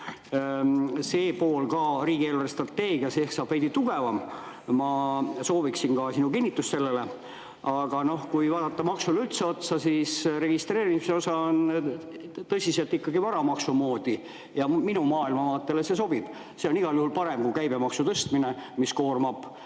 see pool ka riigi eelarvestrateegias ehk veidi tugevam. Ma sooviksin ka sinu kinnitust sellele. Aga kui vaadata üldse maksule otsa, siis registreerimise osa on ikkagi tõsiselt varamaksu moodi. Minu maailmavaatele see sobib, see on igal juhul parem kui käibemaksu tõstmine, mis koormab